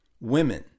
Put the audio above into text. Women